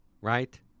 Right